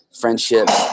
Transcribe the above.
friendships